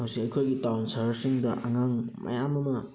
ꯍꯧꯖꯤꯛ ꯑꯩꯈꯣꯏꯒꯤ ꯇꯥꯎꯟ ꯁꯍꯔꯁꯤꯡꯗ ꯑꯉꯥꯡ ꯃꯌꯥꯝ ꯑꯃ